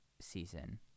season